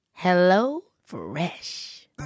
HelloFresh